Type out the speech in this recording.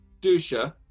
Dusha